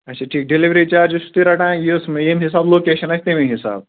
اچھا ٹھیٖک delivery charges چھُو تُہۍ رَٹان یُس مےٚ ییٚمہِ حِساب لوکیشن آسہِ تَمی حِساب